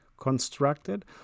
constructed